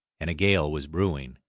and a gale was brewing.